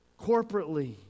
corporately